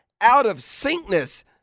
out-of-syncness